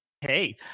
Hey